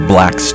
Black